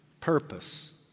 purpose